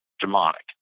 demonic